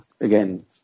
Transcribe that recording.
again